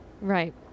Right